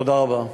תודה רבה.